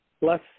less